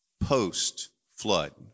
post-flood